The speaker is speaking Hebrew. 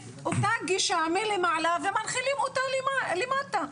אותה גישה מלמעלה ומנחילים אותה למטה,